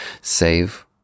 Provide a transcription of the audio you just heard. save